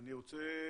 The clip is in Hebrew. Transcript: אני רוצה